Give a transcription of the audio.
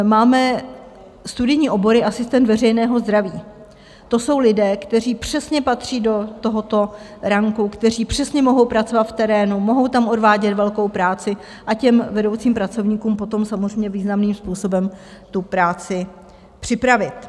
Máme studijní obory asistent veřejného zdraví, to jsou lidé, kteří přesně patří do tohoto ranku, kteří přesně mohou pracovat v terénu, mohou tam odvádět velkou práci a vedoucím pracovníkům potom samozřejmě významným způsobem tu práci připravit.